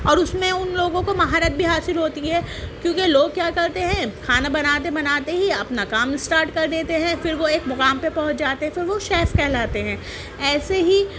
اور اس میں ان لوگوں کو مہارت بھی حاصل ہوتی ہے کیونکہ لوگ کیا کرتے ہیں کھانا بناتے بناتے ہی اپنا کام اسٹارٹ کردیتے ہیں پھر وہ ایک مقام پہ پینچ جاتے ہے تو وہ شیف کہلاتے ہیں ایسے ہی